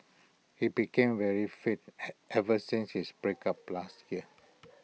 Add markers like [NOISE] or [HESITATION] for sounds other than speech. he became very fit [HESITATION] ever since his breakup last year